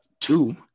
two